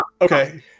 Okay